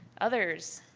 others?